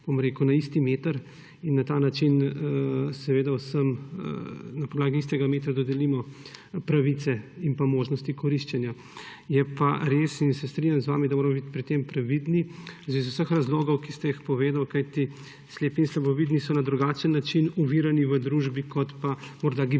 na isti meter in na ta način vsem na podlagi istega metra dodelimo pravice in možnosti koriščenja. Je pa res in se strinjam z vami, da moramo biti pri tem previdni iz vseh razlogov, ki ste jih povedali, kajti slepi in slabovidni so na drugačen način ovirani v družbi kot pa morda gibalno